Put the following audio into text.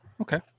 Okay